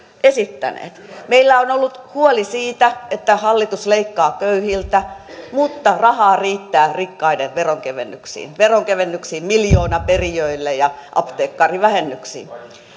esittäneet meillä on ollut huoli siitä että hallitus leikkaa köyhiltä mutta rahaa riittää rikkaiden veronkevennyksiin veronkevennyksiin miljoonaperijöille ja apteekkarivähennyksiin